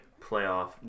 playoff